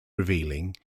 revealing